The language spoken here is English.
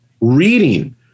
reading